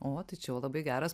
o tai čia jau labai geras